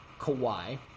Kawhi